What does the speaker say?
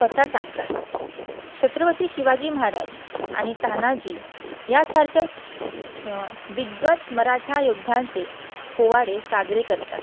कथा सांगतात छत्रपती शिवाजी महाराज आणि तान्हाजी यासारख्या सु दिग्गज मराठा योद्ध्यांचे पोवाडे साजरे करतात